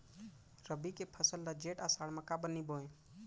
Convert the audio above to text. रबि के फसल ल जेठ आषाढ़ म काबर नही बोए?